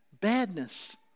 badness